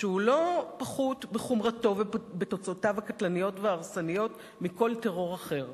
שהוא לא פחות בחומרתו ובתוצאותיו הקטלניות וההרסניות מכל טרור אחר.